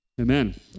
Amen